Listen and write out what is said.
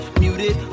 muted